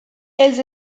els